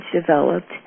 developed